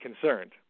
concerned